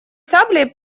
саблей